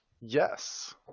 Yes